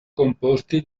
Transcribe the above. composti